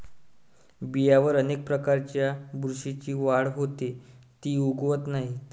बियांवर अनेक प्रकारच्या बुरशीची वाढ होते, जी उगवत नाही